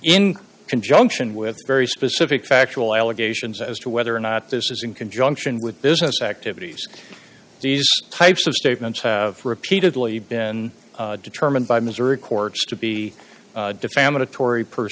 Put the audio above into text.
in conjunction with very specific factual allegations as to whether or not this is in conjunction with business activities these types of statements have repeatedly been determined by missouri courts to be defamatory per